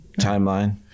timeline